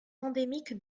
endémique